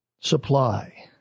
supply